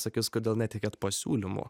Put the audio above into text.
sakys kodėl neteikėt pasiūlymų